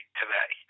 today